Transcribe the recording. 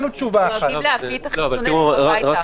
דואגים להביא את החיסונים אליהם הביתה,